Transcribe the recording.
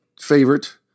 favorite